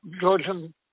Georgian